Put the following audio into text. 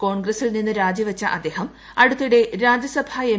കോൺഗ്രസ്സിൽ നിന്ന് രാജിവച്ച അദ്ദേഹം അടുത്തിടെ രാജ്യസഭാ എം